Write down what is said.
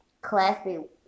classic